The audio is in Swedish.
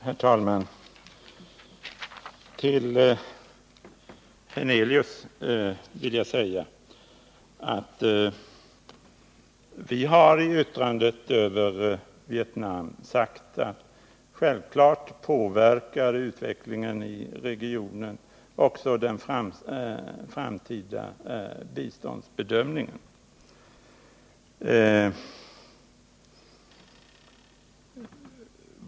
Herr talman! Till herr Hernelius: Även majoriteten har i sin skrivning om Vietnam uttalat att utvecklingen i regionen självklart påverkar också den framtida biståndsbedömningen.